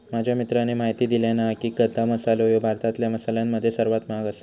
माझ्या मित्राने म्हायती दिल्यानं हा की, गदा मसालो ह्यो भारतातल्या मसाल्यांमध्ये सर्वात महाग आसा